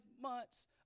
months